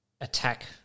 attack